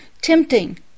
tempting